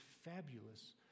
fabulous